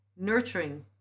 nurturing